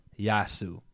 Yasu